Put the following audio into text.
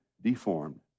deformed